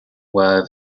were